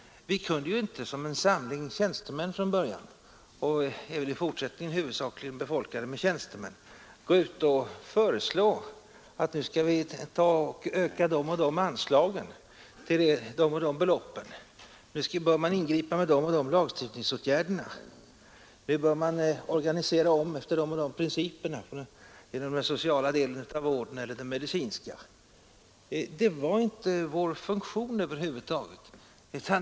Som en samling tjänstemän från början och huvudsakligen även i fortsättningen kunde vi inte gå ut och föreslå att man skulle öka det och det anslaget till det och det beloppet, ingripa med de och de lagstiftningsåtgärderna, organisera om den sociala delen av vården eller den medicinska efter de och de principerna, osv. Det var inte vår funktion.